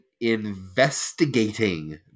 investigating